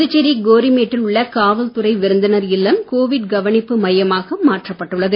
புதுச்சேரி கோரிமேட்டில் உள்ள காவல்துறை விருந்தினர் இல்லம் கோவிட் கவனிப்பு மையமாக மாற்றப்பட்டுள்ளது